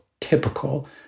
typical